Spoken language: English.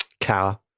Cow